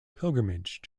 pilgrimage